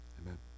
amen